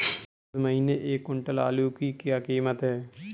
इस महीने एक क्विंटल आलू की क्या कीमत है?